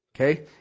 Okay